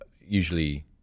usually